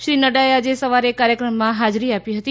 શ્રી નફાએ આજે સવારે એક કાર્યક્રમમાં હાજરી આપી હતી